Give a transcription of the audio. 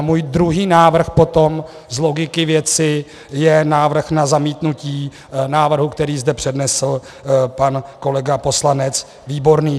Můj druhý návrh potom z logiky věci je návrh na zamítnutí návrhu, který zde přednesl pan kolega poslanec Výborný.